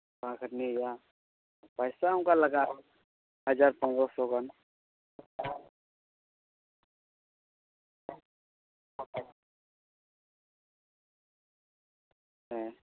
ᱚᱱᱟ ᱠᱷᱟᱹᱴᱱᱤ ᱦᱩᱭᱩᱜᱼᱟ ᱯᱚᱭᱥᱟ ᱚᱱᱠᱟ ᱞᱟᱜᱟᱜᱼᱟ ᱦᱟᱡᱟᱨ ᱯᱚᱱᱨᱚ ᱥᱚ ᱜᱟᱱ ᱦᱮᱸ